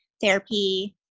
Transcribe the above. therapy